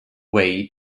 way